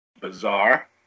Bizarre